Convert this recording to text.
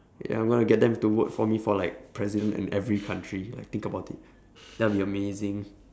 ya I'm going to get them to vote for me for like president in every country like think about it that would be amazing